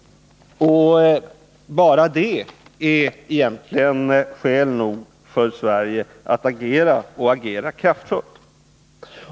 Bara det är egentligen skäl nog för Sverige att kraftfullt agera.